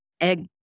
egg